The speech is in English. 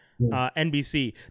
NBC